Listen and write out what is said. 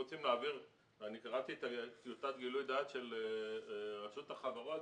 קראתי את טיוטת גילוי הדעת של רשות החברות,